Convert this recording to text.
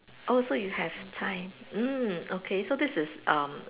oh so you have time mm okay so this is um